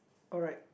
alright